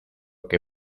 que